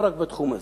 לא רק בתחום הזה.